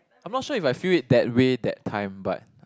I am not sure if I feel it that way that time but